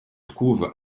trouve